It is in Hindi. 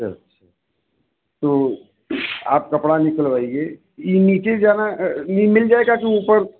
अच्छा तो आप कपड़ा निकलवाइये ये नीचे जाना मिल जाएगा कि ऊपर